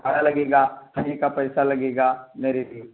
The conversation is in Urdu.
بھاڑا لگے گا کھانے کا پیسہ لگے گا میرے لیے